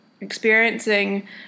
experiencing